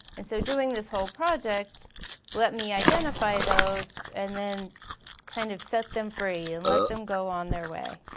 and so doing this whole project let me identify those and then kind of set them free and let them go on their way.